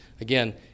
Again